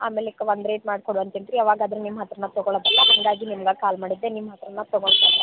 ಆಮೇಲೆಕ್ಕೆ ಒಂದು ರೇಟ್ ಮಾಡಿ ಕೊಡು ಅಂತೀನಿ ರೀ ಅವಾಗ ಆದರೂ ನಿಮ್ಮ ಹತ್ರನೇ ತಗೊಳ್ಳೋದಲ್ಲಾ ಹಾಗಾಗಿ ನಿಮ್ಗೆ ಕಾಲ್ ಮಾಡಿದ್ದೆ ನಿಮ್ಮ ಹತ್ರನೇ